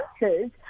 answers